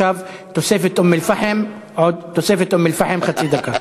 עכשיו תוספת אום-אלפחם, חצי דקה.